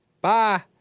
Bye